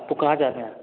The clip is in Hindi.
आपको कहाँ जाना है